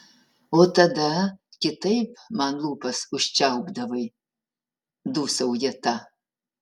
o tada kitaip man lūpas užčiaupdavai dūsauja ta